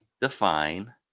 define